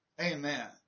Amen